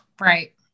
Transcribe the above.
Right